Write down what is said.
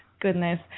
Goodness